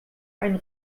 einen